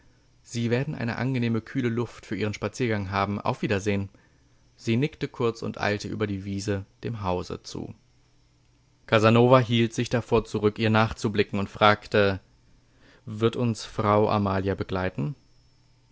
sie werden eine angenehme kühle luft für ihren spaziergang haben auf wiedersehen sie nickte kurz und eilte über die wiese dem hause zu casanova hielt sich davor zurück ihr nachzublicken und fragte wird uns frau amalia begleiten